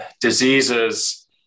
diseases